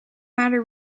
matter